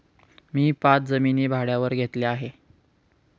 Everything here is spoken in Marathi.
मी पाच जमिनी भाड्यावर घेतल्या आहे